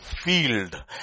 field